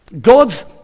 God's